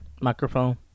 microphone